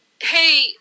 Hey